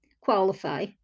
qualify